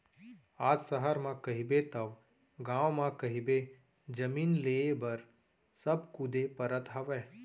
आज सहर म कहिबे तव गाँव म कहिबे जमीन लेय बर सब कुदे परत हवय